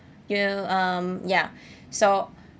you um ya so